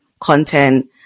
content